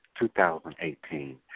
2018